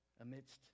amidst